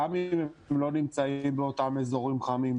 גם אם הם לא נמצאים באותם אזורים חמים,